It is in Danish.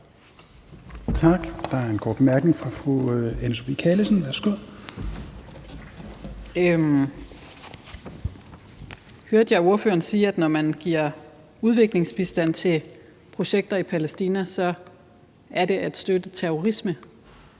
Hørte jeg ordføreren sige, at når man giver udviklingsbistand til projekter i Palæstina, er det at støtte terrorisme?